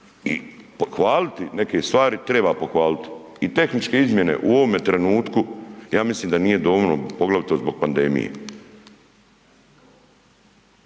i pohvaliti neke stvari, treba pohvaliti i tehničke izmjene u ovome trenutku ja mislim da nije dovoljno, poglavito zbog pandemije